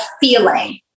feeling